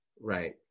Right